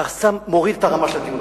אתה סתם מוריד את הרמה של הדיון עכשיו.